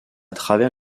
travers